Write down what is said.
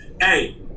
hey